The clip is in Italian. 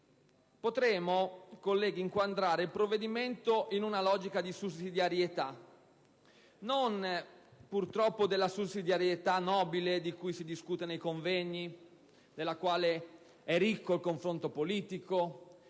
potremmo inquadrare il provvedimento in una logica di sussidiarietà, anche se purtroppo non di quella sussidiarietà nobile di cui si discute nei convegni e della quale è ricco il confronto politico,